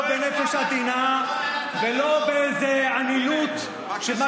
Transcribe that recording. לא בנפש העדינה ולא באיזו אנינות של מה